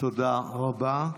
תודה רבה.